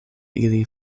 ili